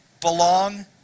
belong